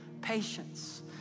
patience